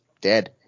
dead